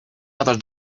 other